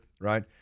right